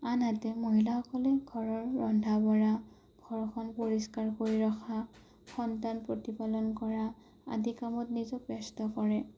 আনহাতে মহিলাসকলে ঘৰৰ ৰন্ধা বঢ়া ঘৰখন পৰিষ্কাৰ কৰি ৰখা সন্তান প্ৰতিপালন কৰা আদি কামত নিজক ব্যস্ত কৰে